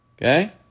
Okay